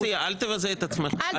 אני מציע, אל תבזה את כולנו.